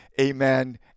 amen